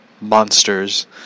monsters